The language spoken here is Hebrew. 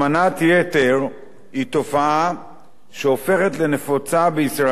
השמנת יתר היא תופעה שהופכת לנפוצה בישראל,